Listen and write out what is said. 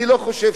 אני לא חושב,